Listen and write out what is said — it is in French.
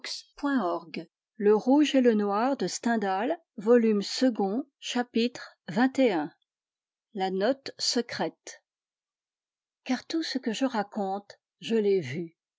chapitre xxi la note secrète car tout ce que je raconte je l'ai vu